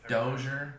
Dozier